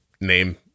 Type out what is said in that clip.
name